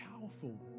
powerful